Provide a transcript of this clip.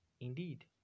indeed